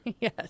Yes